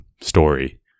story